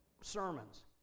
sermons